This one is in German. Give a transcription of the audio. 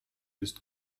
ist